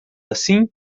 assim